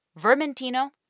vermentino